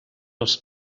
els